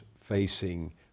facing